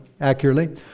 accurately